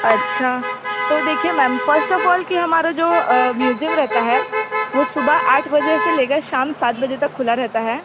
अच्छा तो देखिए मैम फर्स्ट ऑफ़ ऑल कि हमारा जो म्यूज़ियम रहता है वो सुबह आठ बजे से लेकर शाम सात बजे तक खुला रहता है